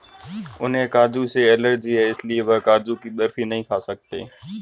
उन्हें काजू से एलर्जी है इसलिए वह काजू की बर्फी नहीं खा सकते